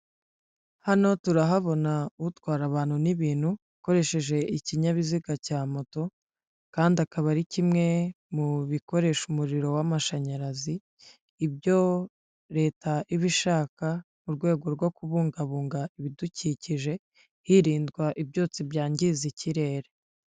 Hano turahabona utwara abantu n'ibintu ukoresheje ikinyabiziga cya moto kandi akaba ari kimwe mu bikoresha umuriro w'amashanyarazi, ibyo Leta iba ishaka mu rwego rwo kubungabunga ibidukikije hirindwa ibyotsi byangiza ikirere.